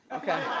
okay?